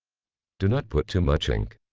do not put too much ink.